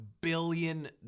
billion